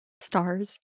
stars